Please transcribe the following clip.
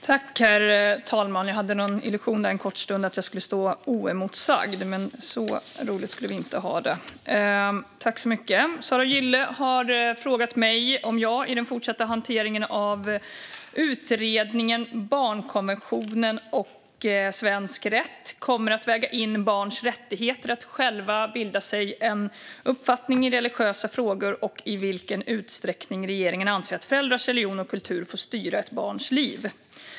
Herr talman! Sara Gille har frågat mig om jag i den fortsatta hanteringen av utredningen Barnkonventionen och svensk rätt kommer att väga in barns rättigheter att själva bilda sig en uppfattning i religiösa frågor och i vilken utsträckning regeringen anser att föräldrars religion och kultur får styra ett barns liv.